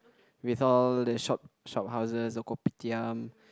with all the shop shop houses the kopitiam